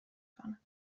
کنن